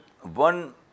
one